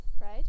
right